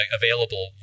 available